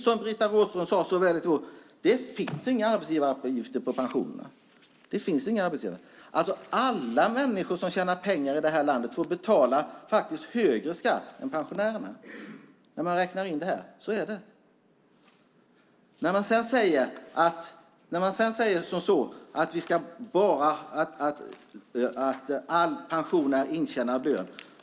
Som Britta Rådström mycket riktigt sade är det inga arbetsgivaravgifter på pensionerna. Alla som i detta land tjänar pengar får faktiskt betala högre skatt än pensionärerna. Så är det när man räknar in det som här nämnts. Man säger också att all pension är intjänad lön.